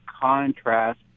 contrast